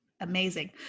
Amazing